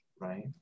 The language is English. Right